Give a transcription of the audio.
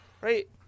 right